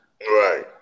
Right